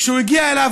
כשהוא הגיע אליו,